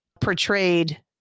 portrayed